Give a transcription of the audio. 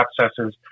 abscesses